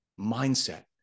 mindset